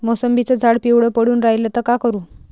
मोसंबीचं झाड पिवळं पडून रायलं त का करू?